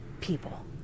people